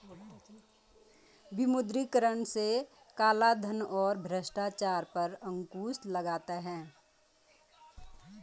विमुद्रीकरण से कालाधन और भ्रष्टाचार पर अंकुश लगता हैं